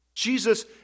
Jesus